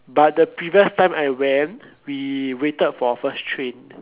but the previous time I went we waited for first train